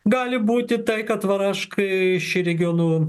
gali būti tai kad varaškai iš regionų